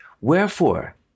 Wherefore